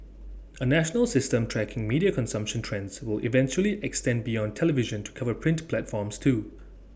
A national system tracking media consumption trends will eventually extend beyond television to cover print platforms too